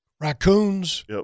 raccoons